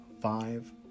five